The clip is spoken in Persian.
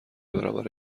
برابر